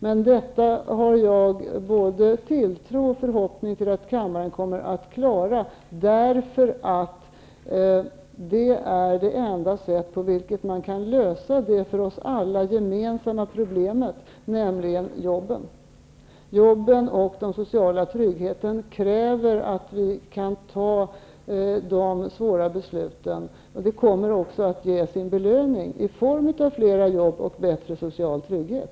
Men jag har både förhoppning om och tilltro till att kammaren kommer att klara detta, för det är det enda sätt på vilket man kan lösa det för oss alla gemensamma problemet, nämligen jobben. Jobben och den sociala tryggheten kräver att vi kan fatta de svåra besluten. Det kommer också att ge belöning i form av flera jobb och bättre social trygghet.